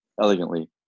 elegantly